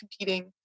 competing